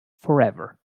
forever